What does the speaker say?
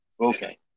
Okay